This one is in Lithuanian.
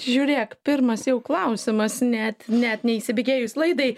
žiūrėk pirmas jau klausimas net net neįsibėgėjus laidai